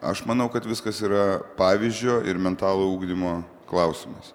aš manau kad viskas yra pavyzdžio ir metalo ugdymo klausimas